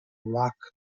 rock